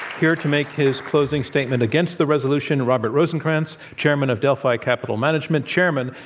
here to make his closing statement against the resolution, robert rosenkranz, chairman of delphi capital management, chairman,